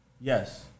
Yes